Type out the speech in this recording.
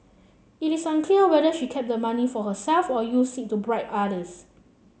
it is unclear whether she kept the money for herself or used it to bribe others